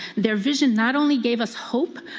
their vision not only gave us hope,